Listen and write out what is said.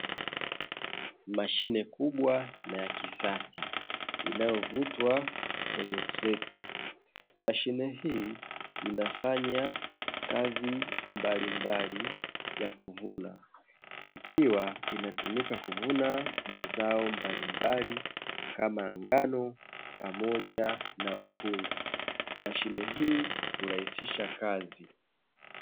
Mashine kubwa na ya kisasa inayovutwa kwenye trekta mashine hii inafanya kazi mbalimbali ya kuvuna, ikiwa inatumika kuvuna mazao mbalimbali kama ngano, pamoja na mpunga mashine hii hurahisisha kazi.